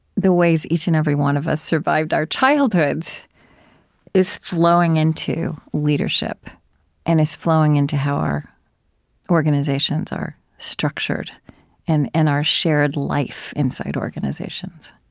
the ways each and every one of us survived our childhoods is flowing into leadership and is flowing into how our organizations are structured and and our shared life inside organizations